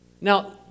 Now